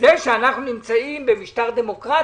זה שאנחנו נמצאים במשטר דמוקרטי,